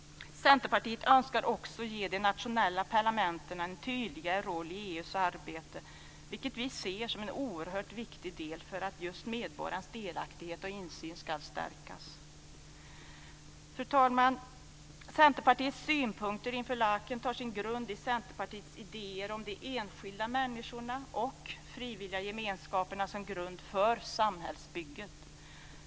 Centerpartiet önskar också ge de nationella parlamenten en tydligare roll i EU:s arbete, vilket vi ser som en oerhört viktig del för att just medborgarens delaktighet och insyn ska stärkas. Fru talman! Centerpartiets synpunkter inför Laekenmötet har sin utgångspunkt i Centerpartiets idéer om de enskilda människorna och de frivilliga gemenskaperna som grund för samhällsbygget.